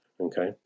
okay